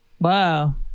wow